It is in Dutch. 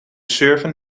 surfen